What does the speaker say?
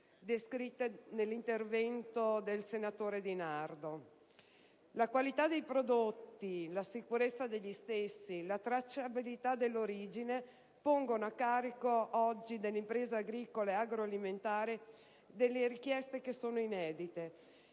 descritte nell'intervento del senatore Di Nardo. La qualità dei prodotti, la sicurezza degli stessi, la tracciabilità dell'origine pongono oggi a carico dell'impresa agricola e agroalimentare delle richieste inedite,